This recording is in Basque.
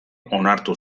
onartu